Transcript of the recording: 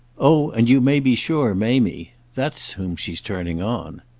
oh and you may be sure mamie. that's whom she's turning on.